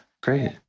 great